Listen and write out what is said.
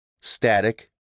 Static